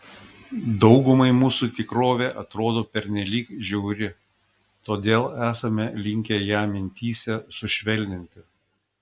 daugumai mūsų tikrovė atrodo pernelyg žiauri todėl esame linkę ją mintyse sušvelninti